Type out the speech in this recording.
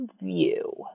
view